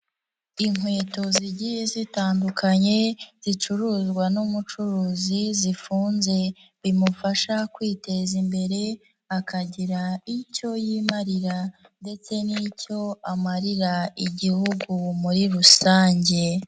Inkweto zigiye zitandukanye zicuruzwa n'umucuruzi zifunze. Bimufasha kwiteza imbere, akagira icyo yimarira ndetse n'icyo amarira Igihugu muri rusange.